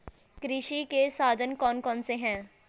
कृषि के साधन कौन कौन से हैं?